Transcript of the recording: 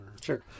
sure